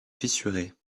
fissurée